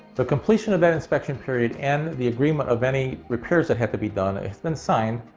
the completion of that inspection period and the agreement of any repairs that have to be done has been signed.